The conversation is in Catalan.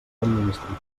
administratiu